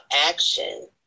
action